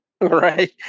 Right